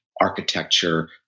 architecture